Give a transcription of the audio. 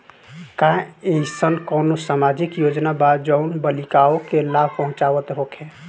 का एइसन कौनो सामाजिक योजना बा जउन बालिकाओं के लाभ पहुँचावत होखे?